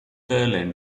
berlin